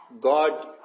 God